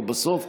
כי בסוף,